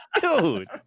Dude